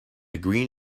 green